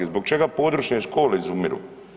Zbog čega područne škole izumiru?